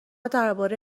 درباره